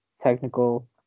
technical